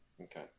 Okay